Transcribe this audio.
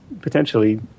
potentially